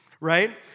right